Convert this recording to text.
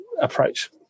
approach